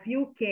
UK